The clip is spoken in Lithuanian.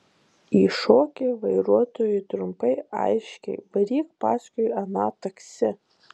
įšoki vairuotojui trumpai aiškiai varyk paskui aną taksi